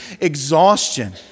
exhaustion